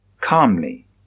Calmly